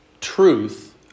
truth